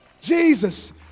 Jesus